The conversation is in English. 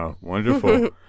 wonderful